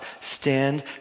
stand